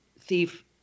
thief